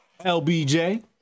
LBJ